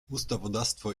ustawodawstwo